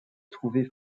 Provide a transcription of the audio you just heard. trouver